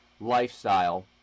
lifestyle